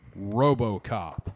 Robocop